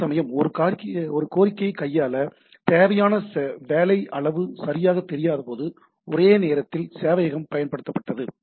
அதேசமயம் ஒரு கோரிக்கையை கையாள தேவையான வேலை அளவு சரியாக தெரியாதபோது ஒரே நேரத்தில் சேவையகம் பயன்படுத்தப்பட்டது